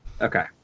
Okay